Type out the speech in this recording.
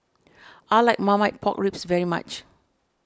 I like Marmite Pork Ribs very much